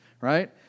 right